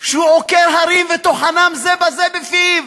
שעוקר הרים וטוחנם זה בזה, בפיו,